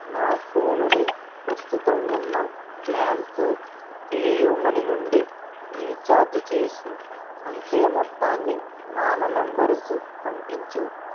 నా ఫోనుని ప్రస్తుతం ఉన్న ప్లాన్తో పేయూ మనీ నుండి రీఛార్జి చేసి అంతే మొత్తాన్ని మామ నంబరుకు పంపించు